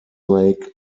lake